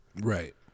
Right